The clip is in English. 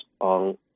on